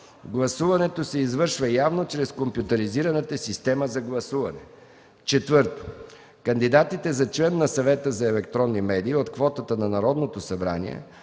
Гласуването се извършва явно чрез компютъризираната система за гласуване. 4. Кандидатите за член на Съвета за електронни медии от квотата на Народното събрание